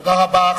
תודה רבה.